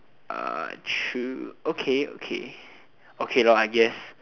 uh true okay okay okay lor I guess